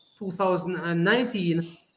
2019